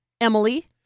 Emily